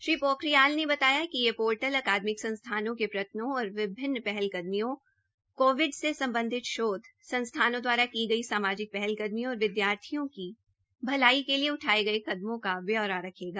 श्री पोखरियाल ने बताया कि ये पोर्टल अकादमिक संस्थानों के प्रयत्नों और विभिन्न पहलकदमियों कोविड से सम्बधित शोध संस्थानों द्वारा की गई सामूहिक पहलकदमियों और विद्यार्थियों की भलाई के लिए उठाये गये कदमों का ब्यौरा रेखगा